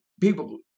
people